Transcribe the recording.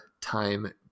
time